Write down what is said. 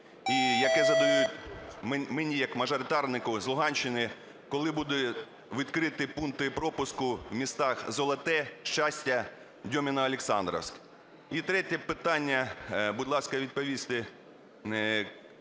і яке задають мені як мажоритарнику з Луганщини, коли будуть відкриті пункти пропуску містах: Золоте, Щастя, Дьоміно-Олександрівка? І третє питання, будь ласка, відповісте.